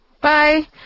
Bye